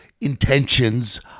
intentions